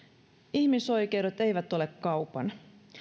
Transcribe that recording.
ihmisoikeudet eivät ole kaupan